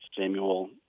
Samuel